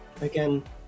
Again